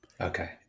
Okay